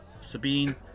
Sabine